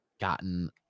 gotten –